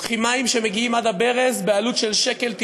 לוקחים מים שמגיעים עד הברז בעלות של 1.90 שקל,